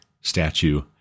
statue